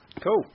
Cool